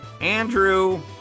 Andrew